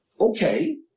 Okay